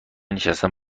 نشستن